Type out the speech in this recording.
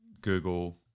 Google